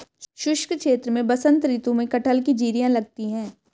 शुष्क क्षेत्र में बसंत ऋतु में कटहल की जिरीयां लगती है